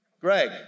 Greg